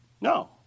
No